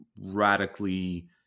radically